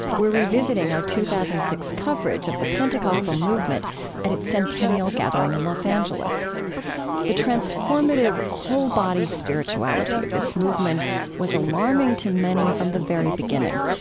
we're revisiting our two thousand and six coverage of the pentecostal movement at its centennial gathering in los angeles the transformative, whole-body spirituality of this movement was alarming to many from the very beginning.